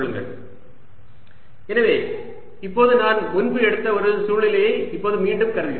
Vr14π0ρ|r r|dV எனவே இப்போது நான் முன்பு எடுத்த ஒரு சூழ்நிலையை இப்போது மீண்டும் கருதுகிறோம்